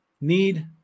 need